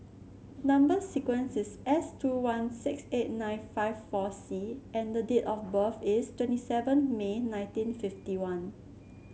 number sequence is S two one six eight nine five four C and the date of birth is twenty seven May nineteen fifty one